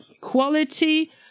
quality